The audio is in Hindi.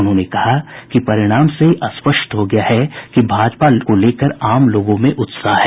उन्होंने कहा कि परिणाम से स्पष्ट हो गया है कि भाजपा को लेकर आम लोगों में उत्साह है